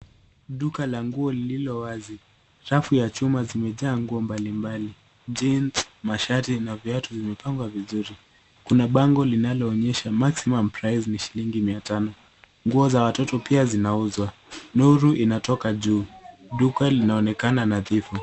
Duka la nguo lililo wazi. Rafu ya chuma limejaa nguo mbali mbali. jeans , mashati, na viatu zimepangwa vizuri. Kuna bango linaloonyesha maximum price ni shilingi mia tano. Nguo za watoto pia zinauzwa. Nuru inatoka juu. Duka linaonekana nadhifu.